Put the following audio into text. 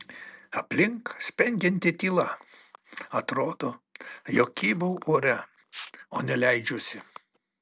aplink spengianti tyla atrodo jog kybau ore o ne leidžiuosi